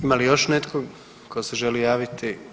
Ima li još netko tko se želi javiti?